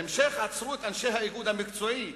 בהמשך עצרו את אנשי האיגוד המקצועי,